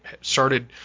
started